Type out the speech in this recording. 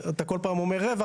אתה כל פעם אומר רווח,